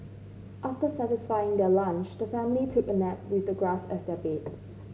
after satisfying their lunch the family took a nap with the grass as their bed